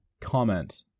comment